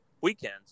weekends